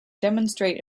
demonstrate